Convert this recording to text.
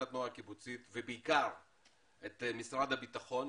התנועה הקיבוצית ובעיקר את משרד הביטחון,